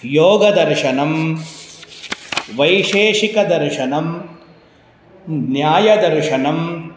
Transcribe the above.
योगदर्शनं वैशेषिकदर्शनं न्यायदर्शनं